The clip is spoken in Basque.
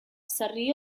sarri